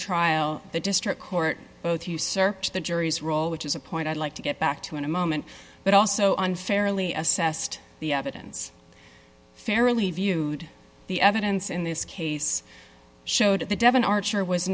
trial the district court both you search the jury's role which is a point i'd like to get back to in a moment but also unfairly assessed the evidence fairly viewed the evidence in this case showed that the devon archer was